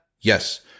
Yes